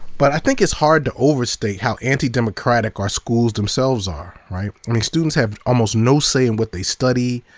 but i think it's hard to overstate how antidemocratic our schools themselves are. students have almost no say in what they study,